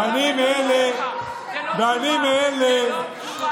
ואני מאלה, זה לא מקובל, זה לא מקובל.